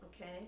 okay